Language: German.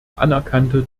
anerkannte